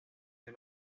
del